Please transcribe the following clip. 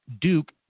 Duke